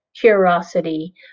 curiosity